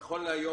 נכון להיום,